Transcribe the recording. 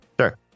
Sure